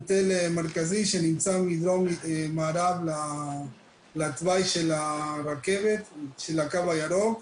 הוא תל מרכזי שנמצא מדרום מערב לתוואי של הקו הירוק.